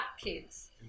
kids